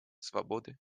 свободы